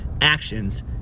actions